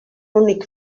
únic